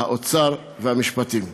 משרד האוצר ומשרד המשפטים.